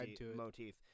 motif